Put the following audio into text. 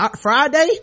friday